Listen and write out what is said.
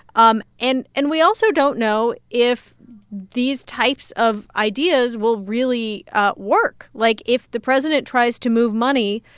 um and and we also don't know if these types of ideas will really work. like, if the president tries to move money,